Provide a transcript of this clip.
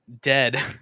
dead